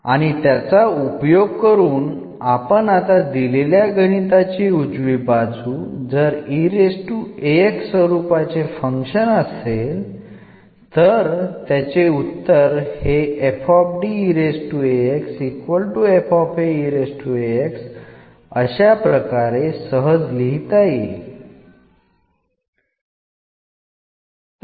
അതിനാൽ വലതുവശത്തെ എന്നത് എന്ന പ്രത്യേക ഫംഗ്ഷൻ ആയിരിക്കുമ്പോൾ നമുക്ക് ഉപയോഗപ്രദമാകുന്ന ഒരു ജനറൽ റിസൾട്ട് ആണ് എന്നത്